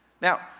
Now